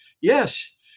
yes